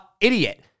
idiot